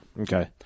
Okay